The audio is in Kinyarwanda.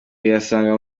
uyasanga